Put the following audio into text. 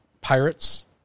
pirates